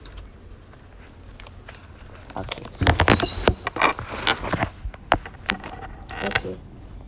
ah okay